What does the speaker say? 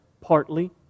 partly